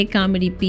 Comedy